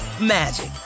magic